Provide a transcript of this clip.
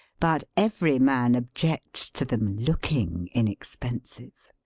but every man objects to them looking inexpensive.